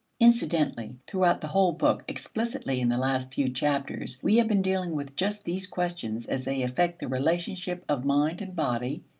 incidentally throughout the whole book, explicitly in the last few chapters, we have been dealing with just these questions as they affect the relationship of mind and body,